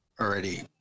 already